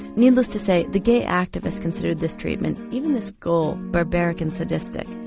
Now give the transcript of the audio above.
needless to say the gay activists considered this treatment even this goal barbaric and sadistic,